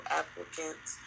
applicants